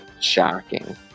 Shocking